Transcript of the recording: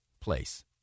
place